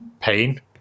pain